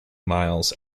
miles